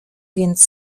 więc